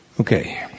Okay